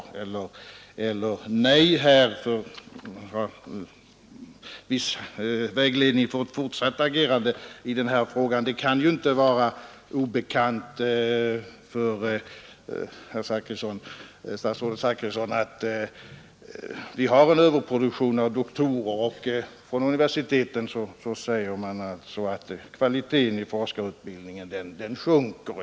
Det skulle ge mig viss vägledning för ett fortsatt agerande i denna fråga. Det kan inte vara obekant för statsrådet Zachrisson att vi har en överproduktion av doktorer, och från universiteten säger man att kvalitén i forskarutbildningen sjunker.